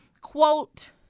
quote